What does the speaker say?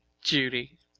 judy